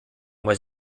was